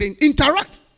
interact